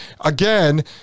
again